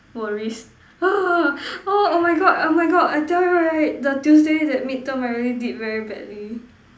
worries oh oh my God oh my God I tell you right the Tuesday that mid term I really did very badly